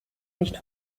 nicht